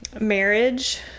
Marriage